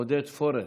עודד פורר,